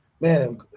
man